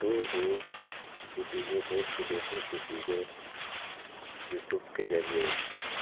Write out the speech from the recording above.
दूर दूर किसी यह देश विदेश की चीज़ें यूटूब के ज़रिए